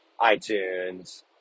iTunes